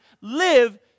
live